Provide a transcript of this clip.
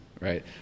right